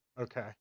okay